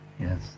Yes